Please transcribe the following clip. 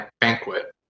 Banquet